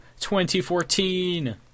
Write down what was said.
2014